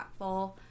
impactful